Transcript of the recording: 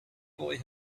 boy